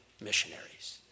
missionaries